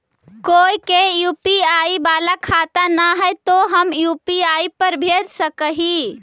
कोय के यु.पी.आई बाला खाता न है तो हम यु.पी.आई पर भेज सक ही?